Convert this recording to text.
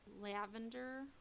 lavender